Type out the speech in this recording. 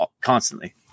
constantly